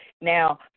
Now